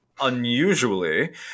Unusually